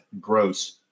Gross